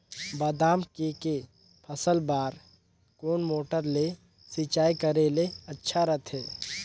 बादाम के के फसल बार कोन मोटर ले सिंचाई करे ले अच्छा रथे?